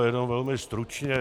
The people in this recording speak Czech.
Jenom velmi stručně.